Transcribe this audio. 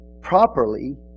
properly